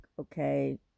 okay